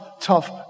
tough